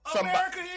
America